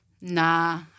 nah